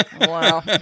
Wow